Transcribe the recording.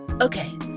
Okay